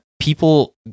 people